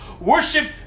worship